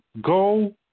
go